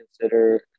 consider